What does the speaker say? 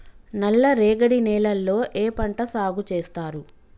నల్లరేగడి నేలల్లో ఏ పంట సాగు చేస్తారు?